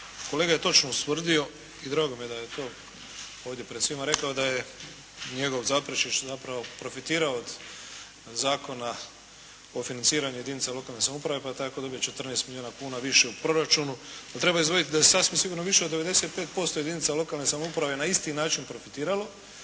Kolega je točno ustvrdio i drago mi je da je to ovdje pred svima rekao da je njegov Zaprešić zapravo profitirao od Zakona o financiranju jedinica lokalne samouprave, pa je tako dobio 14 milijuna kuna više u proračunu. Pa treba izdvojit da je sasvim sigurno više od 95% jedinica lokalne samouprave na isti način profitiralo